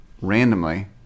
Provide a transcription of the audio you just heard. randomly